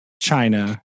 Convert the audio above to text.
China